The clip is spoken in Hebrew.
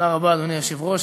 אדוני היושב-ראש,